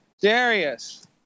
Darius